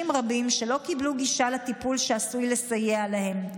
רבים שלא קיבלו גישה לטיפול שעשוי לסייע להם.